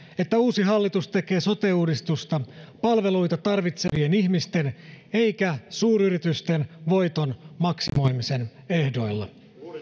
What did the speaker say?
että uusi hallitus tekee sote uudistusta palveluita tarvitsevien ihmisten eikä suuryritysten voiton maksimoimisen ehdoilla